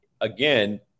again